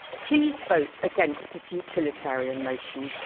please vote against this utilitarian motion.